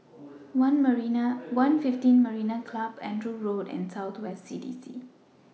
one fifteen Marina Club Andrew Road and South West CDC